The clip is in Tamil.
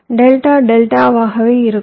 டெல்டா டெல்டாவாகவே இருக்கும்